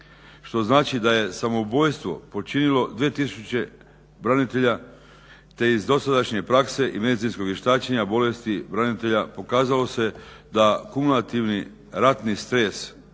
Što znači da je samoubojstvo počinilo 2000 branitelja te iz dosadašnje prakse i medicinskog vještačenja bolesti branitelja pokazalo se da kumulativni ratni stres